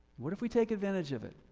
what if we take advantage of it?